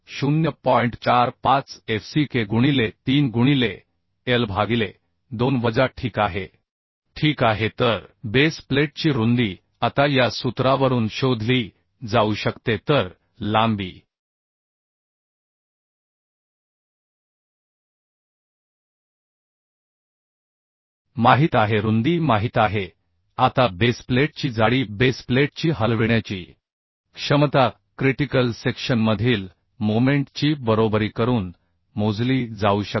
45 f c k गुणिले 3 गुणिले l भागिले 2 वजा ठीक आहे ठीक आहे तर बेस प्लेटची रुंदी आता या सूत्रावरून शोधली जाऊ शकते तर लांबी ज्ञात आहे रुंदी ज्ञात आहे आता बेस प्लेटची जाडी बेस प्लेटची हलविण्याची क्षमता क्रिटिकल सेक्शनमधील मोमेंट ची बरोबरी करून मोजली जाऊ शकते